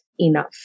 enough